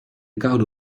koude